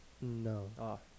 No